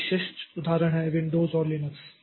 तो विशिष्ट उदाहरण हैं विंडोज़ और लिनक्स